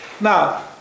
Now